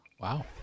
Wow